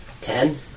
Ten